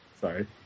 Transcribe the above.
Sorry